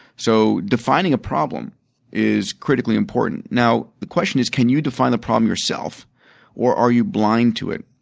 so, defining a problem is critically important now, the question is, can you define the problem yourself or are you blind to it?